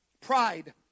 Pride